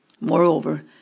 Moreover